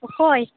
ᱚᱠᱚᱭ